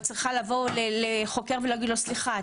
צריכה לבוא לחוקר ולהגיד לו: סליחה,